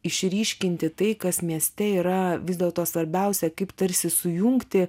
išryškinti tai kas mieste yra vis dėlto svarbiausia kaip tarsi sujungti